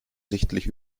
sichtlich